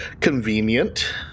convenient